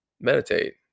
meditate